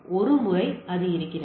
ஒருமுறை அது இருக்கிறது